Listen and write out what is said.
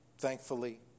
thankfully